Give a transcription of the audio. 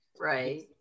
Right